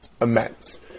Immense